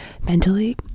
mentally